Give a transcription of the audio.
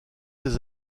ces